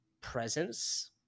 presence